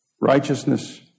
righteousness